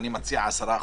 אני מציע 10%?